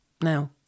Now